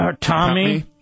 Tommy